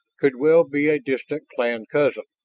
could well be a distant clan-cousin.